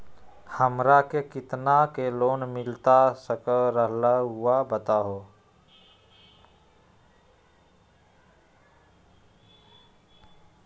हमरा के कितना के लोन मिलता सके ला रायुआ बताहो?